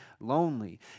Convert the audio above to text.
lonely